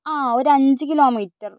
ആ ഒരഞ്ചു കിലോമീറ്റർ